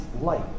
light